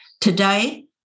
Today